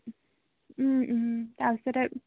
তাৰপিছতে